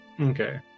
Okay